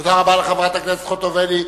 תודה רבה לחברת הכנסת חוטובלי.